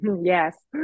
Yes